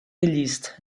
geleast